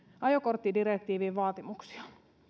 ajokorttidirektiivin vaatimuksia